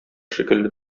шикелле